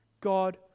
God